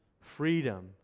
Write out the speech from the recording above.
freedom